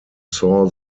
saw